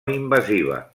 invasiva